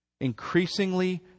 increasingly